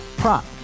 prop